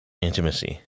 intimacy